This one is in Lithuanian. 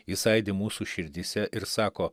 jis aidi mūsų širdyse ir sako